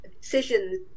decisions